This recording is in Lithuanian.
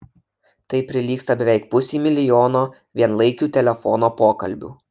tai prilygsta beveik pusei milijono vienlaikių telefono pokalbių